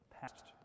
past